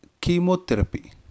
chemotherapy